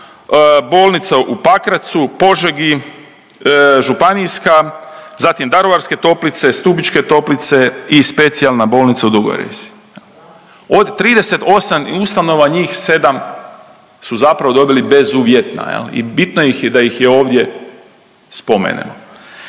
bolnica u Pakracu, Požegi županijska, zatim Daruvarske toplice, Stubičke toplice i Specijalna bolnica u Dugoj Resi. Od 38 ustanova njih 7 su zapravo dobili bezuvjetna jel i bitno ih je da ih je ovdje spomenemo.